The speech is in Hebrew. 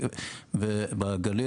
ובגליל,